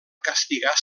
castigar